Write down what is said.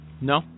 No